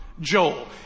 Joel